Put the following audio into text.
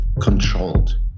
controlled